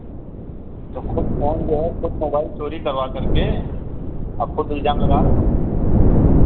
तो ख़ुद फ़ोन जो है ख़ुद मोबाइल चोरी करवा करके अब ख़ुद इल्ज़ाम लगा रहे हो